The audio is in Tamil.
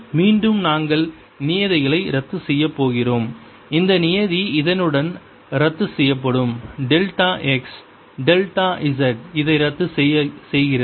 மீண்டும் நாங்கள் நியதிகளை ரத்து செய்யப் போகிறோம் இந்த நியதி இதனுடன் ரத்துசெய்யப்படும் டெல்டா x டெல்டா z இதை ரத்து செய்கிறது